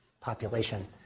population